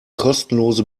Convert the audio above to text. kostenlose